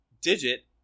digit